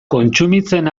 kontsumitzen